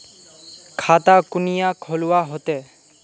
खाता कुनियाँ खोलवा होते?